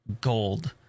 gold